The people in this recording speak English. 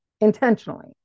intentionally